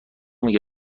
میگه